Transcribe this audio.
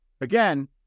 Again